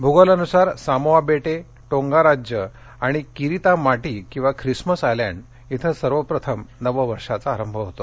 भूगोलानुसार सामोआ बेटे टोंगा राज्य आणि किरितीमाटी किंवा ख्रिसमस आयलँड इथं सर्वप्रथम नववर्षाचा आरंभ होतो